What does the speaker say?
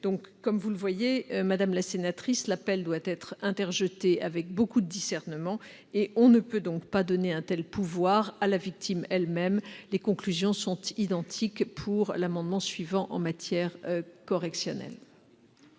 Comme vous le voyez, madame la sénatrice, l'appel doit être interjeté avec beaucoup de discernement. On ne peut donc pas donner un tel pouvoir à la victime elle-même. Les conclusions sont identiques pour l'amendement suivant en matière correctionnelle.